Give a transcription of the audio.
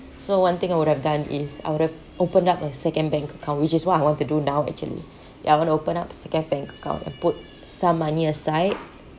so one thing I would have done is I would have opened up a second bank account which is what I want to do now actually ya i want to open up a second back account and put some money aside